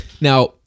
Now